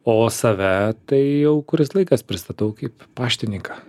o save tai jau kuris laikas pristatau kaip paštininką